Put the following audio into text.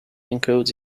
encodes